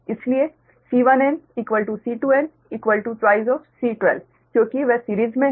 इसलिए C1nC2n 2 C12 क्योंकि वे सिरीज़ में हैं